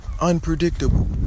unpredictable